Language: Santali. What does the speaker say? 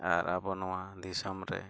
ᱟᱨ ᱟᱵᱚ ᱱᱚᱣᱟ ᱫᱤᱥᱚᱢ ᱨᱮ